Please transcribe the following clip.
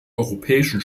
europäischen